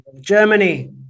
Germany